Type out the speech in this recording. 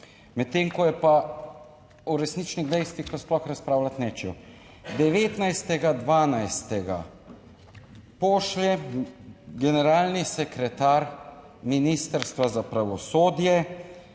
medtem, ko je pa, o resničnih dejstvih pa sploh razpravljati nočejo. 19. 12. pošlje generalni sekretar Ministrstva za pravosodje